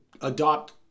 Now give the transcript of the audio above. adopt